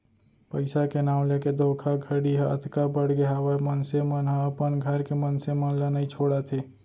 पइसा के नांव लेके धोखाघड़ी ह अतका बड़गे हावय मनसे मन ह अपन घर के मनसे मन ल नइ छोड़त हे